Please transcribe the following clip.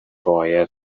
باید